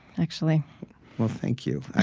actually well, thank you.